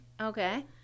Okay